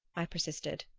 i persisted.